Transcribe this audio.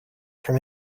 from